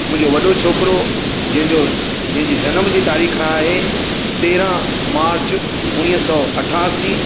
मुंजो वॾो छोकिरो जंहिंजो जंहिंजी जनम जी तारीख़ आहे तेरहं मार्च उणिवीह सौ अठासी